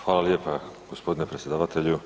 Hvala lijepa gospodine predsjedavatelju.